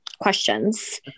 questions